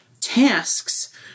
tasks